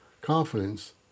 Confidence